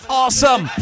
awesome